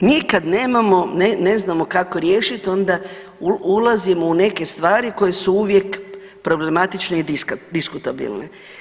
Dakle, nikad nemamo, ne znamo kako riješiti onda ulazimo u neke stvari koje su uvijek problematične i diskutabilne.